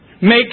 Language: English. Make